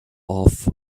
off